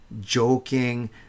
joking